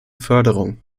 förderung